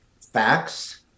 facts